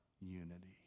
unity